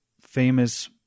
famous